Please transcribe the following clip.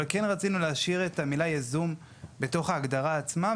אבל כן רצינו להשאיר את המילה "ייזום" בתוך ההגדרה עצמה.